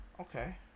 Okay